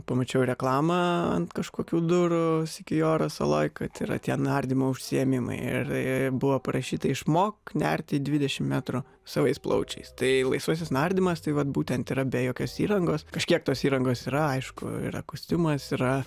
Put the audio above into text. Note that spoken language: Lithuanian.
pamačiau reklamą ant kažkokių durų sikuijoro saloj kad yra tie nardymo užsiėmimai ir buvo parašyta išmok nerti į dvidešimt metrų savais plaučiais tai laisvasis nardymas tai vat būtent yra be jokios įrangos kažkiek tos įrangos yra aišku yra kostiumas yra